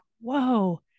Whoa